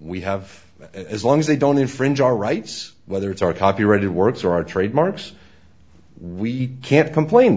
we have as long as they don't infringe our rights whether it's our copyrighted works or our trademarks we can't complain